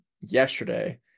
yesterday